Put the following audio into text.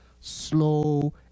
slow